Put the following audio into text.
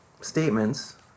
statements